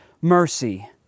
mercy